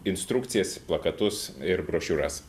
instrukcijas plakatus ir brošiūras